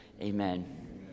amen